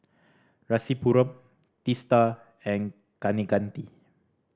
Rasipuram Teesta and Kaneganti